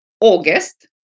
August